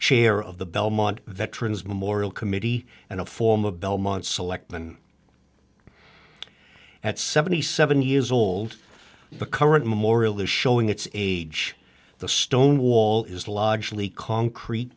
chair of the belmont veterans memorial committee and a form of belmont selectman at seventy seven years old the current memorial is showing its age the stone wall is largely concrete